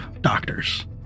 doctors